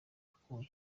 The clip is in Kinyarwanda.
akuya